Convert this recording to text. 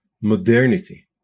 modernity